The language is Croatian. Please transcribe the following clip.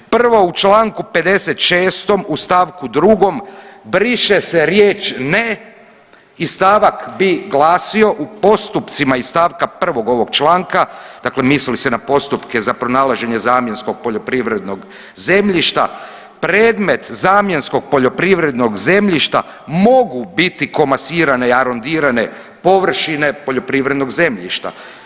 Prva u čl. 56. u st. 2. briše se riječ „ne“ i stavak bi glasio, u postupcima iz st. 1. ovog članka, dakle misli se na postupke za pronalaženje zamjenskog poljoprivrednog zemljišta, predmet zamjenskog poljoprivrednog zemljišta mogu biti komasirane i arondirane površine poljoprivrednog zemljišta.